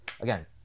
Again